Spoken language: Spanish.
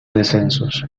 descensos